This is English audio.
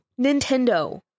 Nintendo